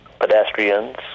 pedestrians